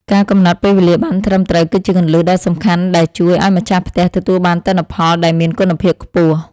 ការកំណត់ពេលវេលាបានត្រឹមត្រូវគឺជាគន្លឹះដ៏សំខាន់ដែលជួយឱ្យម្ចាស់ផ្ទះទទួលបានទិន្នផលដែលមានគុណភាពខ្ពស់។